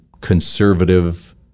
conservative